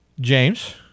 James